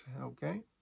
Okay